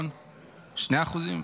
2%?